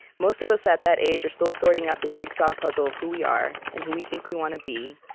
most of us at that age are still sorting out the jigsaw puzzle of who we are and who we think we want to be,